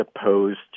opposed